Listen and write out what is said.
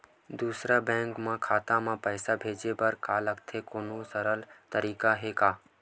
दूसरा बैंक के खाता मा पईसा भेजे बर का लगथे कोनो सरल तरीका हे का?